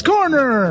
Corner